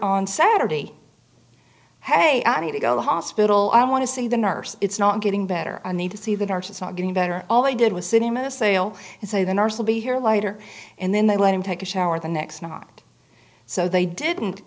on saturday hey i need to go to the hospital i want to see the nurse it's not getting better i need to see that arches not getting better all they did was sit in a sale and say the nurse will be here later and then they let him take a shower the next not so they didn't